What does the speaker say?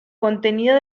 contenido